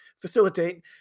facilitate